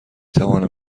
توانم